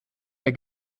der